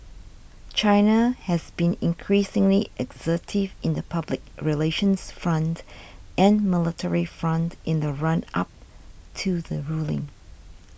China has been increasingly assertive in the public relations front and military front in the run up to the ruling